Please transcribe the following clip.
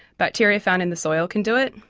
bacteria found in the soil can do it,